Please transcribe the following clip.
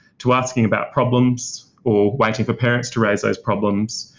to asking about problems or waiting for parents to raise those problems,